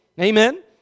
Amen